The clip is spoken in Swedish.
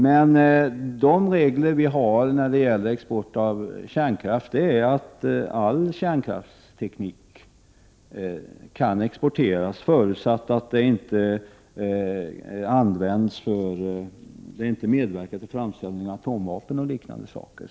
Men de regler vi har som gäller export av kärnkraft säger att all kärnkraftsteknik kan exporteras, förutsatt att den inte används vid framställning av atomvapen och liknande saker.